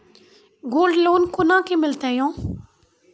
Gold loan कोना के मिलते यो?